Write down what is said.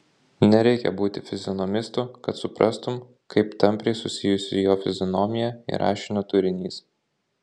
nereikia būti fizionomistu kad suprastum kaip tampriai susijusi jo fizionomija ir rašinio turinys